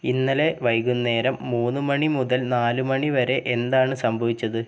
ഇന്നലേ വൈകുന്നേരം മൂന്ന് മണി മുതൽ നാല് മണി വരെ എന്താണ് സംഭവിച്ചത്